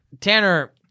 Tanner